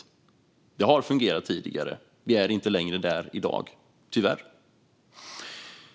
Det har fungerat tidigare. Vi är tyvärr inte längre där i dag.